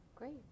Great